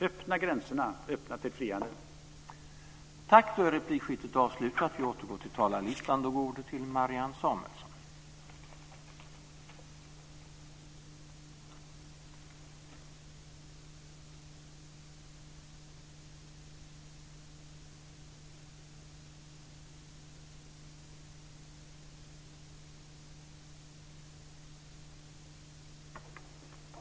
Öppna gränserna, öppna för frihandel!